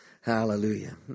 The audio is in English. Hallelujah